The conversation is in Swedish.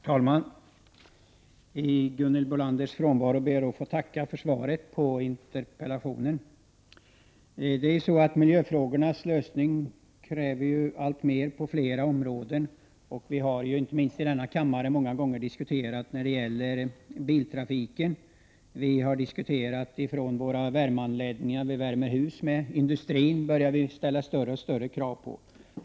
Herr talman! I Gunhild Bolanders frånvaro ber jag att få tacka för svaret på interpellationen. Miljöfrågornas lösning kräver alltmer på flera områden. Vi har inte minst i denna kammare många gånger diskuterat miljöproblemen när det gäller biltrafiken och de anläggningar vi värmer våra hus med. Vi börjar också ställa högre och högre krav på industrin.